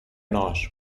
nós